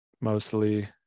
mostly